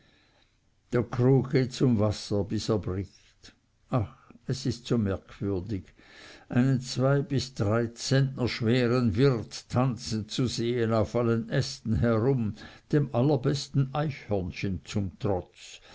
der krug geht zum wasser bis er bricht ach es ist so merkwürdig einen zwei bis drei zentner schweren wirt tanzen zu sehen auf allen ästen herum dem allerbesten eichhörnchen zum trotz